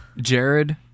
Jared